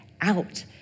out